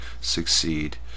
succeed